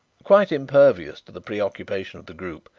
quite impervious to the preoccupation of the group,